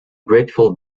grateful